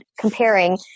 comparing